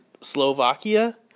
Slovakia